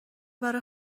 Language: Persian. برا